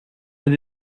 that